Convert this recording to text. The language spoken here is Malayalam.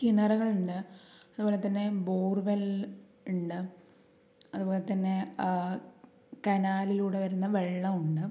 കിണറുകൾ ഉണ്ട് അതുപോലെ തന്നെ ബോർ വെൽ ഉണ്ട് അതുപോലെ തന്നെ കനാലിലൂടെ വരുന്ന വെള്ളം ഉണ്ട്